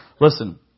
Listen